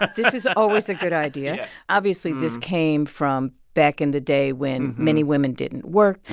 this is always a good idea. obviously, this came from back in the day when many women didn't work.